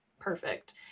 perfect